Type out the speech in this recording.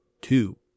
two